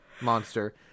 monster